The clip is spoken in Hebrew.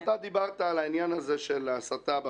להצתת עשרות דירות - איך?